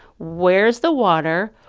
where's the water?